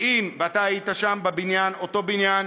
ואתה היית שם בבניין, אותו בניין,